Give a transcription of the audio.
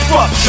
Fuck